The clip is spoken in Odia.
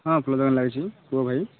ହଁ ଫୁଲ ଦୋକାନ ଲାଗିଛି କୁହ ଭାଇ